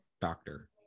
doctor